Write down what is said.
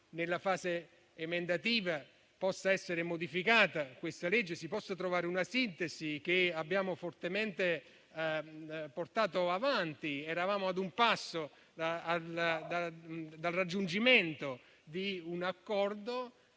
legge in discussione possa essere modificato e si possa trovare una sintesi, che abbiamo fortemente portato avanti. Eravamo ad un passo dal raggiungimento di un accordo